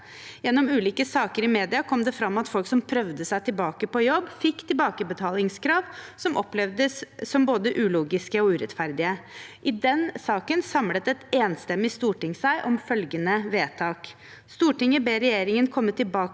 Gjennom ulike saker i media kom det fram at folk som prøvde seg tilbake på jobb, fikk tilbakebetalingskrav som opplevdes som både ulogiske og urettferdige. I den saken samlet et enstemmig storting seg om følgende vedtak: «Stortinget ber regjeringen komme tilbake